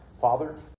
Father